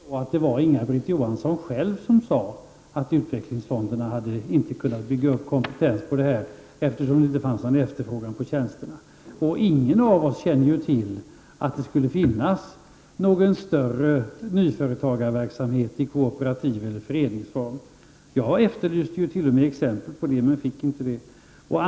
Herr talman! Det var ju Inga-Britt Johansson själv som sade att utvecklingsfonderna inte hade kunnat bygga upp denna kompetens, eftersom det inte fanns någon efterfrågan på dessa tjänster. Ingen av oss båda känner till att det skulle finnas någon större nyföretagsamhet i kooperativ eller i föreningsform. Jag har t.o.m. efterlyst exempel, men jag har inte fått några sådana.